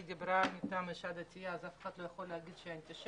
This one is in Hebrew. היא דיברה כאישה דתייה אז אף אחד לא יכול להגיד שהיא אנטישמית.